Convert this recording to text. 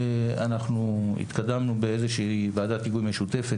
אנחנו התקדמנו בוועדת היגוי משותפת,